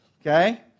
Okay